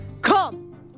Come